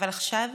אבל עכשיו,